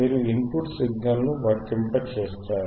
మీరు input సిగ్నల్ను వర్తింపజేస్తారు